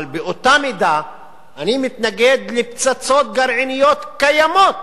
אבל באותה מידה אני מתנגד לפצצות גרעיניות קיימות